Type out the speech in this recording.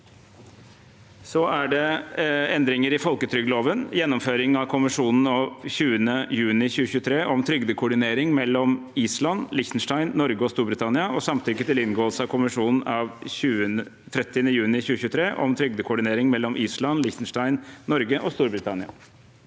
Endringer i folketrygdloven (gjennomføring av konvensjon av 30. juni 2023 om trygdekoordinering mellom Island, Liechtenstein, Norge og Storbritannia) og samtykke til inngåelse av konvensjon av 30. juni 2023 om trygdekoordinering mellom Island, Liechtenstein, Norge og Storbritannia